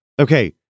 Okay